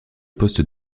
poste